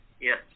Yes